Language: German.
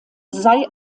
sei